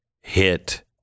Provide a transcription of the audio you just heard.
hit